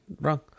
wrong